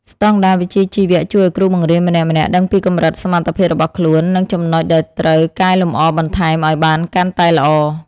ស្តង់ដារវិជ្ជាជីវៈជួយឱ្យគ្រូបង្រៀនម្នាក់ៗដឹងពីកម្រិតសមត្ថភាពរបស់ខ្លួននិងចំណុចដែលត្រូវកែលម្អបន្ថែមឱ្យបានកាន់តែល្អ។